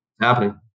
happening